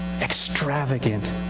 Extravagant